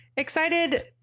excited